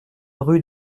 rue